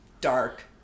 Dark